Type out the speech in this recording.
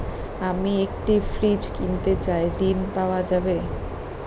আমি একটি ফ্রিজ কিনতে চাই ঝণ পাওয়া যাবে?